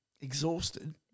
exhausted